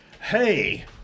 hey